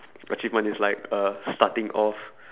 achievement is like uh starting off